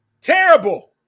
Terrible